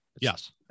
Yes